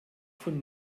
von